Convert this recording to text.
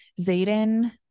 Zayden